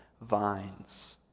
vines